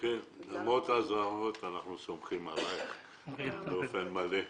למרות האזהרות, אנחנו סומכים עליך באופן מלא.